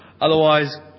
Otherwise